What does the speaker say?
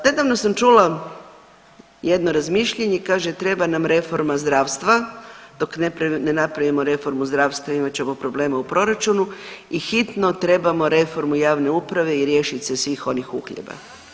Nedavno sam čula jedno razmišljanje, kaže treba nam reforma zdravstva, dok ne napravimo reformu zdravstva imat ćemo problema u proračunu i hitno trebamo reformu javne uprave i riješit se svih onih uhljeba.